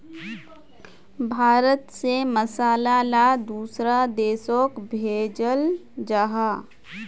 भारत से मसाला ला दुसरा देशोक भेजल जहा